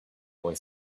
boy